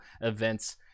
events